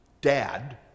dad